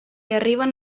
arriben